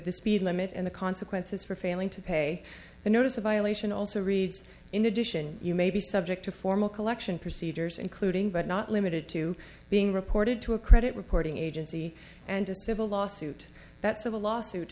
this speed limit and the consequences for failing to pay the notice a violation also reads in addition you may be subject to formal collection procedures including but not limited to being reported to a credit reporting agency and a civil lawsuit that civil lawsuit